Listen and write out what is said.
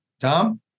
Tom